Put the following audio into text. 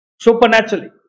supernaturally